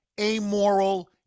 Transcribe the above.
amoral